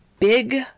Big